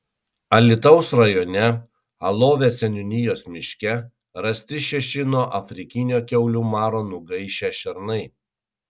alytaus rajone alovės seniūnijos miške rasti šeši nuo afrikinio kiaulių maro nugaišę šernai